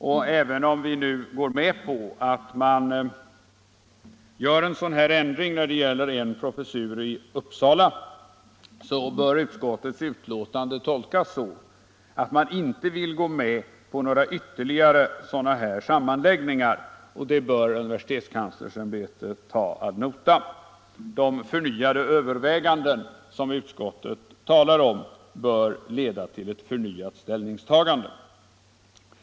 Och även om vi nu går med på att man gör en sådan ändring när det gäller en professur i Uppsala, bör väl utskottets betänkande ändå tolkas så, att man inte vill gå med på några ytterligare sådana sammanläggningar. Det bör universitetskanslersämbetet ta ad notam. De förnyade överväganden som utskottet talar om bör leda till ett förnyat ställningstagande.